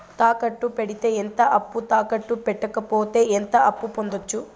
తాకట్టు పెడితే ఎంత అప్పు, తాకట్టు పెట్టకపోతే ఎంత అప్పు పొందొచ్చు?